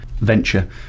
Venture